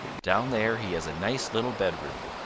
down there he has a nice little bedroom.